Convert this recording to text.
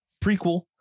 prequel